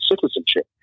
citizenship